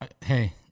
Hey